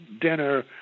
dinner